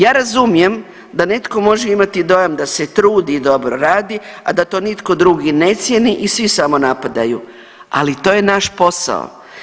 Ja razumijem da netko može imati dojam da se trudi i dobro radi, a da to nitko drugi ne cijeni i svi samo napadaju ali to je naš posao.